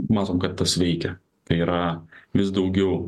matom kad tas veikia tai yra vis daugiau